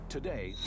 Today